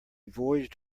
voyaged